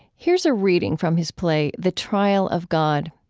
here's a reading from his play the trial of god.